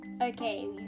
Okay